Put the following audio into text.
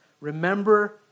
Remember